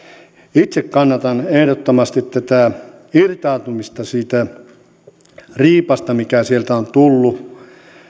itse kannatan ehdottomasti tätä irtaantumista siitä riipasta mikä sieltä on tullut